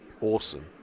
Awesome